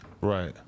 Right